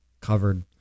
covered